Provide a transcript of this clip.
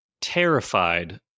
terrified